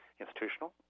institutional